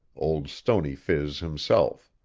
old stony phiz himself.